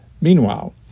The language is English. Meanwhile